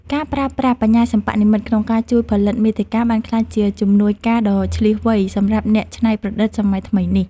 ការប្រើប្រាស់បញ្ញាសិប្បនិម្មិតក្នុងការជួយផលិតមាតិកាបានក្លាយជាជំនួយការដ៏ឈ្លាសវៃសម្រាប់អ្នកច្នៃប្រឌិតសម័យថ្មីនេះ។